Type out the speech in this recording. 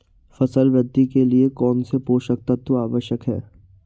फसल वृद्धि के लिए कौनसे पोषक तत्व आवश्यक हैं?